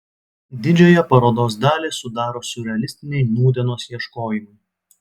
didžiąją parodos dalį sudaro siurrealistiniai nūdienos ieškojimai